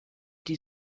die